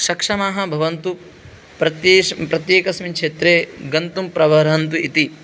सक्षमाः भवन्तु प्रत्येकस्मिन् क्षेत्रे गन्तुं प्रवरन्तु इति